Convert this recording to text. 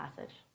passage